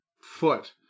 foot